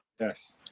Yes